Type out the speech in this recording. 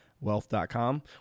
wealth.com